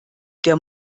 der